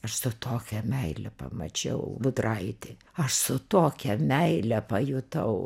aš su tokia meile pamačiau budraitį aš su tokia meile pajutau